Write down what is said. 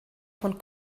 von